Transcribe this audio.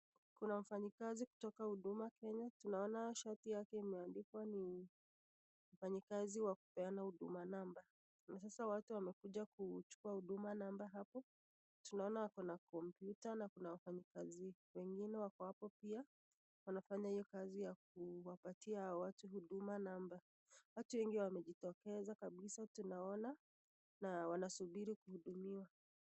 Kuna mfanyikazi kutoka Huduma Kenya, tunaona shati yake imeandikwa ni mfanyikazi wa kupeana Huduma namba. Na sasa watu wamekuja kuchukua Huduma namba hapo. Tunaona ako na kompyuta na kuna wafanyikazi wengine wako hapo pia wanafanya hiyo kazi ya kuwapatia hawa watu Huduma namba. Watu wengi wamejitokeza kabisa tunaona na wanasubiri kuhudumiwa.